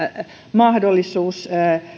mahdollisuus